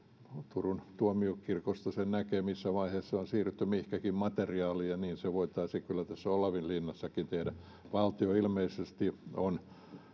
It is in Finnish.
turun tuomiokirkosta sen näkee missä vaiheessa on siirrytty mihinkin materiaaliin ja niin se voitaisiin kyllä olavinlinnassakin tehdä valtio ilmeisesti on